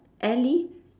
ellie